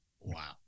Wow